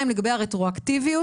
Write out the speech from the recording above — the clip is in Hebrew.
הדבר השני הוא